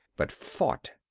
but fought.